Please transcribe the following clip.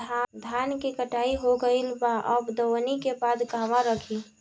धान के कटाई हो गइल बा अब दवनि के बाद कहवा रखी?